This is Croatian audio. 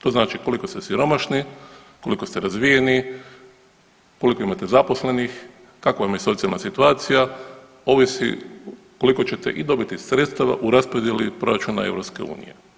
To znači koliko ste siromašni, koliko ste razvijeni, koliko imate zaposlenih, kakva vam je socijalna situacija, ovisi koliko ćete i dobiti sredstava u raspodjeli proračuna EU.